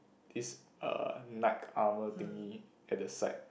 this uh knight armour thingy at the side